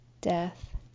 death